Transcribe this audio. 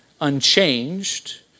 unchanged